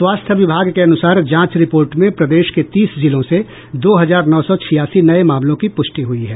स्वास्थ्य विभाग के अनुसार जांच रिपोर्ट में प्रदेश के तीस जिलों से दो हजार नौ सौ छियासी नये मामलों की पुष्टि हुई है